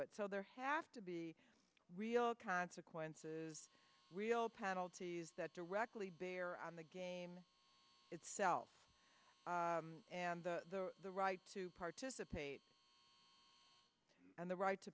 it so there have to be real consequences real penalties that directly bear on the game itself and the right to participate and the right to